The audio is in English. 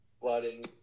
flooding